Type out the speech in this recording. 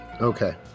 Okay